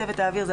צוות האוויר,